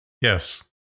yes